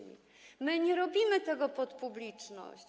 My nie robimy tego pod publiczność.